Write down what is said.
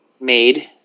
Made